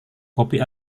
kopi